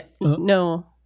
No